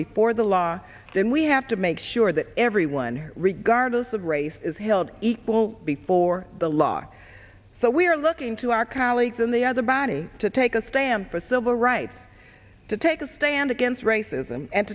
before the law then we have to make sure that everyone regardless of race is held equal before the law so we are looking to our colleagues in the other body to take a stand for civil rights to take a stand against racism and